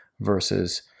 versus